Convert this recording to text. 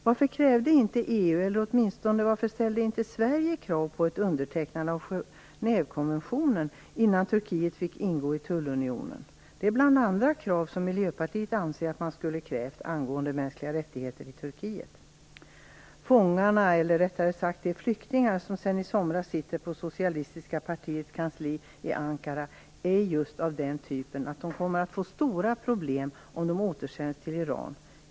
Varför krävde inte EU eller varför ställde inte Sverige krav på ett undertecknande av Genèvekonventionen innan Turkiet fick ingå i tullunionen? Det är ett bland andra krav som Miljöpartiet anser att man skulle ha ställt angående mänskliga rättigheter i Turkiet. De flyktingar som sedan i somras sitter på socialistpartiets kansli i Ankara är just av den typen att de kommer att få stora problem om de återsänds till Iran.